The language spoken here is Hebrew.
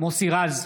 מוסי רז,